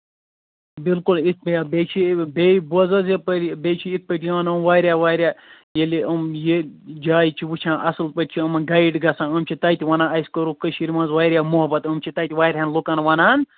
بِلکُل یِتھٕ کٔنۍ بیٚیہِ چھِ بیٚیہِ بوزَ حظ یَپٲری بیٚیہِ چھِ یِتھٕ پٲٹھۍ دِوان یِم واریاہ واریاہ ییٚلہِ یِم یہِ جایہِ چھِ وُچھان اَصٕل پٲٹھۍ چھِ یِم گایڈ گژھان یِم چھِ تَتہِ وَنان اَسہِ کوٚرُکھ کٔشیٖر منٛز واریاہ محبت یِم چھِ تَتہِ واریاہن لوکَن وَنان